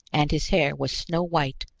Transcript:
and his hair was snow-white,